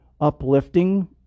uplifting